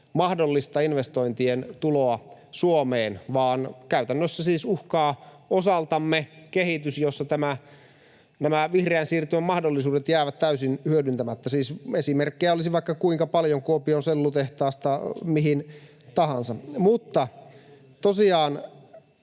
mahdollista investointien tuloa Suomeen, vaan käytännössä siis uhkaa osaltamme kehitys, jossa nämä vihreän siirtymän mahdollisuudet jäävät täysin hyödyntämättä. Siis esimerkkejä olisi vaikka kuinka paljon Kuopion sellutehtaasta mihin tahansa. Mutta tosiaan